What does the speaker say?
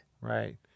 right